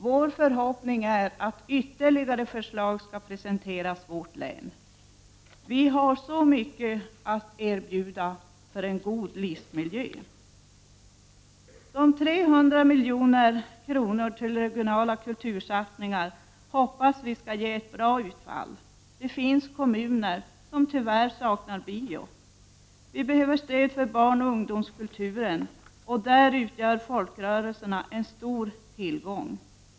Vår förhoppning är att ytterligare förslag skall presenteras vårt län. Vi har så mycket att erbjuda för en god livsmiljö. Vi hoppas att de 300 milj.kr. till regionala kultursatsningar skall ge ett bra utfall. Det finns kommuner som tyvärr saknar bio. Vi behöver stöd för barnoch ungdomskulturen, där folkrörelserna utgör en stor tillgång.